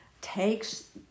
takes